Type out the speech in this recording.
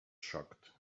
shocked